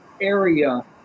area